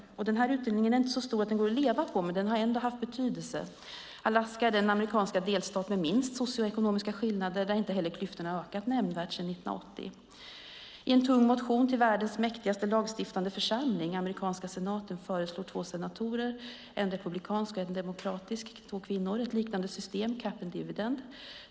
Den utdelningen är inte så stor att den går att leva på. Men den har ändå haft betydelse. Alaska är den amerikanska delstat som har minst socioekonomiska skillnader där inte heller klyftorna ökat nämnvärt sedan 1980. I en tung motion till världens mäktigaste lagstiftande församling, amerikanska senaten, föreslår två kvinnliga senatorer, en republikansk och en demokratisk, ett liknande system, Cap and Dividend.